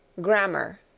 GRAMMAR